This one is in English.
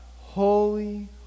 holy